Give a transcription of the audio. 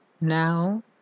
Now